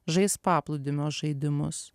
žais paplūdimio žaidimus